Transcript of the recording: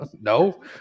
No